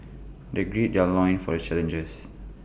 they gird their loins for the challenges